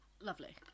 Lovely